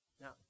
Now